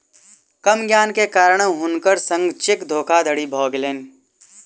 कम ज्ञान के कारण हुनकर संग चेक धोखादड़ी भ गेलैन